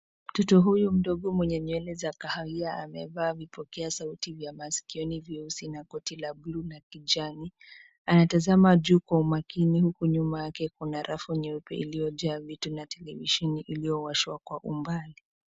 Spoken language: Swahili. Mtoto huyu mdogo mwenye nywele za kahawia amevaa vipokea sauti vya masikioni vyeusi na koti la bluu na kijani anatazama juu kwa umakini huku nyuma yake kuna rafu nyeupe iliyo jaa vitu na televisheni iliyowashwa kwa umbali.